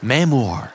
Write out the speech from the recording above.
Memoir